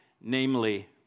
namely